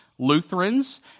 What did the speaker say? Lutherans